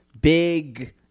big